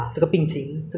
我 wish 我可以